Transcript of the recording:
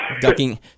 Ducking